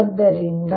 ಆದ್ದರಿಂದ